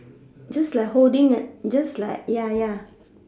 just like holding a just like ya ya